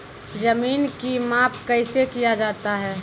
जमीन की माप कैसे किया जाता हैं?